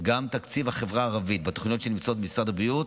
גם תקציב החברה הערבית בתוכניות שנמצאות במשרד הבריאות,